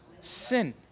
sin